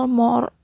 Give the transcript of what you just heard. more